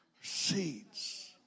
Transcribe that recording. Seeds